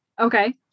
Okay